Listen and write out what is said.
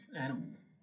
animals